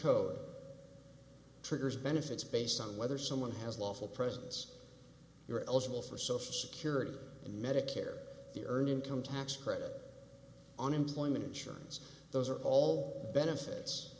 code triggers benefits based on whether someone has lawful presence you're eligible for social security and medicare the earned income tax credit unemployment insurance those are all benefits